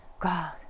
God